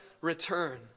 return